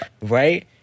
right